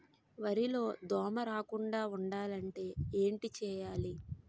వరిలో దోమ రాకుండ ఉండాలంటే ఏంటి చేయాలి?